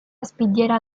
espitllera